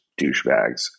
douchebags